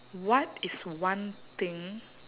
what is one thing